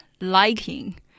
liking